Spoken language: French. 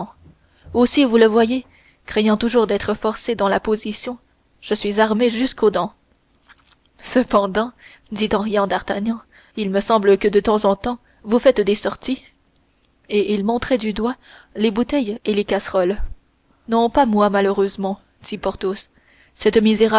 aussi vous le voyez craignant toujours d'être forcé dans la position je suis armé jusqu'aux dents cependant dit en riant d'artagnan il me semble que de temps en temps vous faites des sorties et il montrait du doigt les bouteilles et les casseroles non pas moi malheureusement dit porthos cette